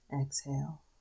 exhale